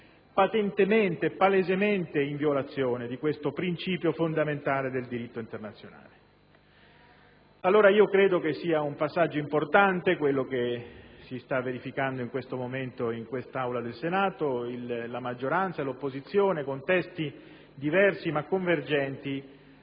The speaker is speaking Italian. patentemente e palesemente in violazione di questo principio fondamentale del diritto internazionale. Credo allora che sia un passaggio importante, quello che si sta verificando in questo momento nell'Aula del Senato. La maggioranza e l'opposizione, con testi diversi ma convergenti